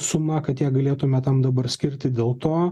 suma kad ją galėtume tam dabar skirti dėl to